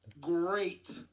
Great